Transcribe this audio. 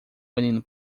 menino